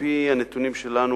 על-פי הנתונים שלנו,